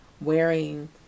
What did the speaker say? wearing